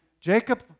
Jacob